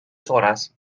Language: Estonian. suunas